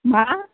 मा